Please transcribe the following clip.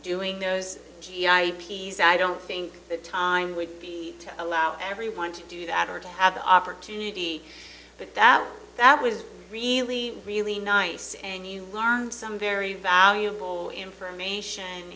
doing those g i ps i don't think the time would be to allow everyone to do that or to have the opportunity but that that was really really nice and you learned some very valuable information